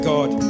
God